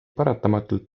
paratamatult